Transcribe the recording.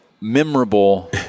memorable